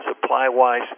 supply-wise